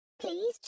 please